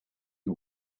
you